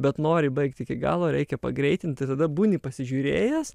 bet nori baigti iki galo reikia pagreitinti tada būni pasižiūrėjęs